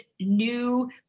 new